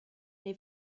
nei